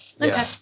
Okay